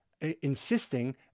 insisting